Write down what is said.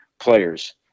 players